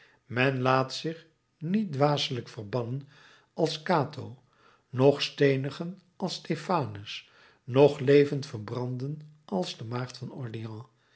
men laat zich niet dwaselijk verbannen als cato noch steenigen als stefanus noch levend verbranden als de maagd van orleans